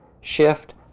shift